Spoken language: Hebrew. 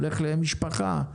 הולך למשפחה,